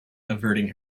averting